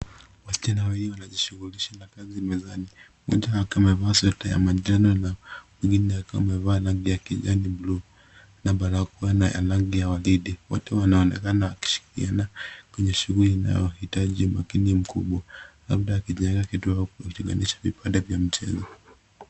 Wasichana wawili wanajishughulisha na kazi mezani. Mmoja wake amevaa sweta ya manjano na mwingine akiwa amevaa rangi ya kijani bluu na barakoa na ya rangi ya waridi. Wote wanaonekana wakishirikiana kwenye shughuli inayohitaji makini mkubwa, labda akijenga kitu au kutenganisha vipande vya mchezo.